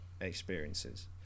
experiences